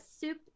soup